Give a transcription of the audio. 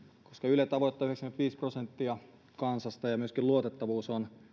koska yle tavoittaa yhdeksänkymmentäviisi prosenttia kansasta ja myöskin luotettavuus on